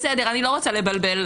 בסדר, אני לא רוצה לבלבל.